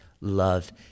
love